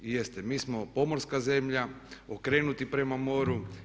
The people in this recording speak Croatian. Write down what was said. I jeste, mi smo pomorska zemlja okrenuti prema moru.